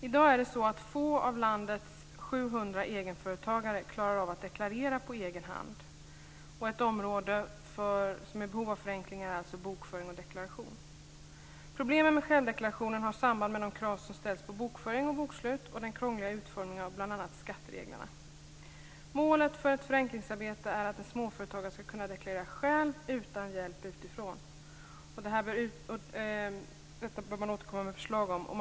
I dag är det så att få av landets 700 egenföretagare klarar av att deklarera på egen hand. Ett område som är i behov av förenklingar är alltså bokföring och deklaration. Problemen med självdeklarationen har samband med de krav som ställs på bokföring och bokslut och den krångliga utformningen av bl.a. Målet för ett förenklingsarbete är att en småföretagare skall kunna deklarera själv utan hjälp utifrån. Man bör återkomma med förslag om detta.